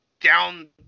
down